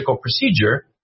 procedure